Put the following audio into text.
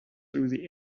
through